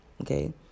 Okay